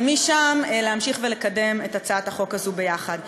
ומשם להמשיך ולקדם את הצעת החוק הזאת ביחד.